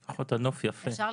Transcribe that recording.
תודה רבה.